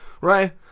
right